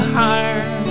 higher